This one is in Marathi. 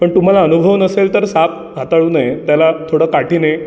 पण तुम्हाला अनुभव नसेल तर साप हाताळू नये त्याला थोडं काठीने